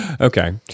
Okay